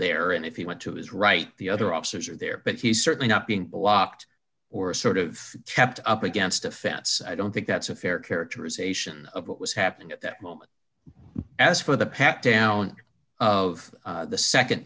there and if he went to his right the other officers are there but he's certainly not being blocked or sort of kept up against a fence i don't think that's a fair characterization of what was happening at that moment as for the pat down of the